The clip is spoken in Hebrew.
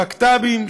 בקת"בים,